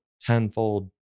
tenfold